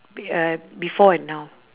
be~ uh before and now